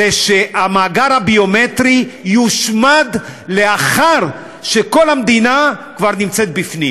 וזה שהמאגר הביומטרי יושמד לאחר שכל המדינה כבר נמצאת בפנים.